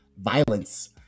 violence